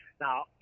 Now